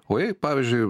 o jei pavyzdžiui